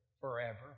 forever